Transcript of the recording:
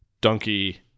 donkey